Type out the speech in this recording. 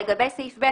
לגבי סעיף (ב),